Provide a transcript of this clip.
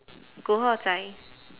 古惑仔